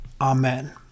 Amen